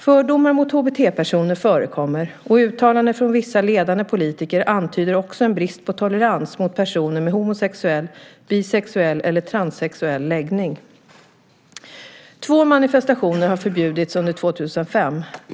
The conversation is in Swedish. Fördomar mot HBT-personer förekommer, och uttalanden från vissa ledande politiker antyder också en brist på tolerans mot personer med homosexuell, bisexuell eller transsexuell läggning. Två manifestationer har förbjudits under 2005.